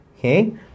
okay